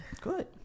Good